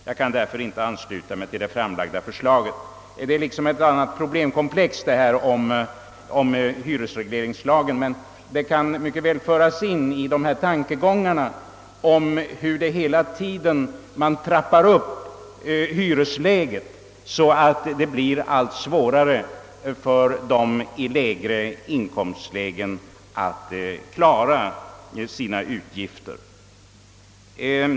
Jag kan därför icke ansluta mig till det framlagda förslaget.» Hyresregleringslagen berör visserligen inte direkt den fråga jag framställt, men den kan mycket väl föras in i bilden när man diskuterar den ständiga upptrappningen av hyresläget, vilken medför att det blir allt svårare för lägre inkomsttagare att klara sina utgifter.